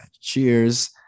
cheers